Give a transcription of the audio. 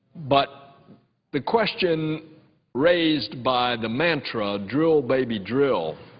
but the question raised by the mantra, drill, baby, drill